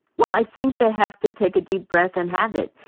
well, i think they have to take a deep breath and have it.